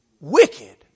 Wicked